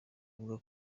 avuga